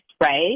right